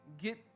Get